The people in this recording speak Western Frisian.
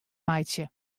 meitsje